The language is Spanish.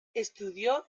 estudió